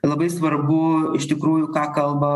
labai svarbu iš tikrųjų ką kalba